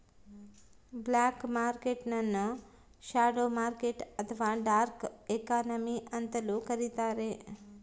block market ನ್ನು shadow market ಅಥವಾ dark economy ಅಂತಲೂ ಕರಿತಾರೆ